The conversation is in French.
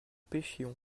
pêchions